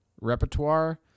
repertoire